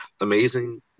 amazing